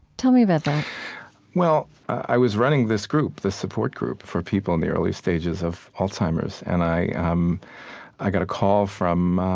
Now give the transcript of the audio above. tell me about that well, i was running this group, this support group, for people in the early stages of alzheimer's. and i um i got a call from